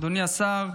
אדוני השר,